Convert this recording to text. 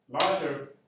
larger